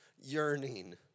yearning